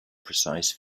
precise